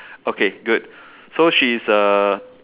okay good so she is a